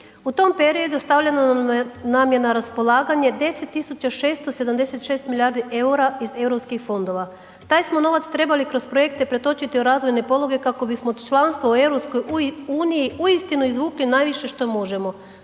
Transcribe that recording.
U tom periodu stavljeno nam je na raspolaganje 10.676 milijardi EUR-a iz EU fondova, taj smo novac trebali kroz projekte pretočiti u razvojne poluge kako bismo članstvo u EU uistinu izvukli najviše što možemo.